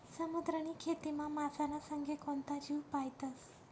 समुद्रनी खेतीमा मासाना संगे कोणता जीव पायतस?